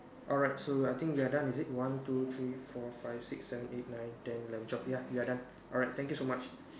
alright so I think we are done is it one two three four five six seven eight nine ten eleven twelve ya we are done alright thank you so much